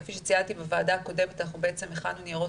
כפי שציינתי בוועדה הקודמת אנחנו בעצם הכנו ניירות